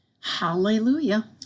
Hallelujah